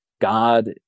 God